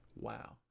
wow